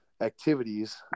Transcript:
activities